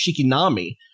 Shikinami